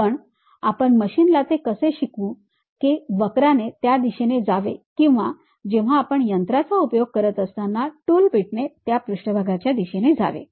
पण आपण मशीनला ते कसे शिकवू की वक्राने त्या दिशेने जावे किंवा जेव्हा आपण यंत्राचा उपयोग करत असताना टूल बिटने त्या पृष्ठभागाच्या दिशेने जावे